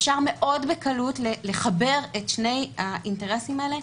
אפשר מאוד בקלות לחבר את שני האינטרסים האלה,